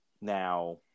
now